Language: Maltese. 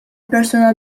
persuna